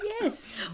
Yes